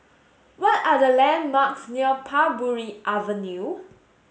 what are the landmarks near Parbury Avenue